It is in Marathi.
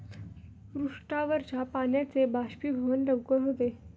पृष्ठावरच्या पाण्याचे बाष्पीभवन लवकर होते